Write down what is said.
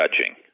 judging